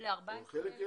ל-14,000